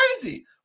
crazy